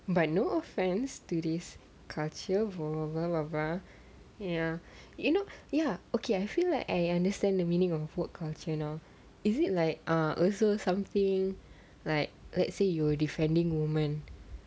but no offence to this culture blah blah blah ya you know ya okay I feel like I understand the meaning of woke culture now is it like a also something like let's say you were defending woman